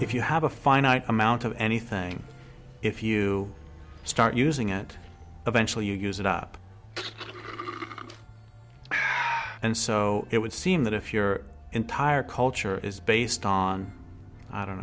if you have a finite amount of anything if you start using it eventually you use it up and so it would seem that if your entire culture is based on i don't